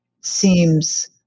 seems